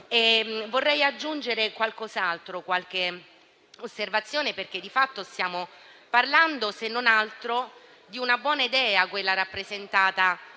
Vorrei aggiungere qualche osservazione. Stiamo parlando, se non altro, di una buona idea, quella rappresentata